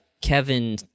Kevin